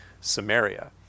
Samaria